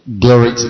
Glory